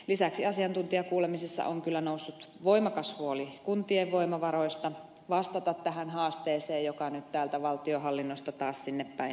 lisäksi asiantuntijakuulemisissa on kyllä noussut voimakas huoli kuntien voimavaroista vastata tähän haasteeseen joka nyt täältä valtionhallinnosta taas sinnepäin heitetään